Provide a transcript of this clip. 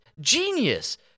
genius